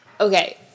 Okay